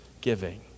giving